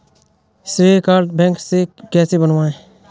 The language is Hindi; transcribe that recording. श्रेय कार्ड बैंक से कैसे बनवाएं?